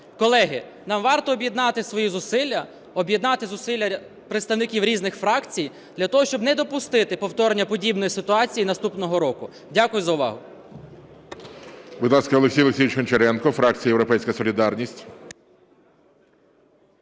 Колеги, нам варто об'єднати свої зусилля, об'єднати зусилля представників різних фракцій для того, щоб не допустити повторення подібної ситуації наступного року. Дякую за увагу.